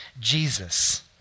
Jesus